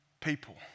people